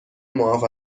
معاف